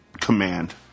command